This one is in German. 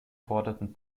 forderten